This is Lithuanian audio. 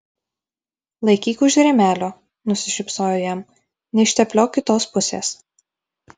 laikyk už rėmelio nusišypsojo jam neištepliok kitos pusės